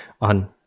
on